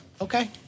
Okay